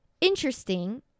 interesting